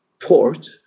port